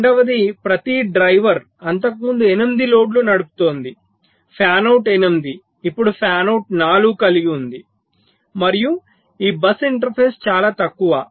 రెండవది ప్రతి డ్రైవర్ అంతకుముందు 8 లోడ్లు నడుపుతోంది ఫ్యానౌట్ 8 ఇప్పుడు ఫ్యానౌట్ 4 కలిగి ఉంది మరియు ఈ బస్ ఇంటర్ఫేస్ చాలా తక్కువ